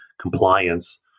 compliance